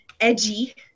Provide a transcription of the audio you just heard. edgy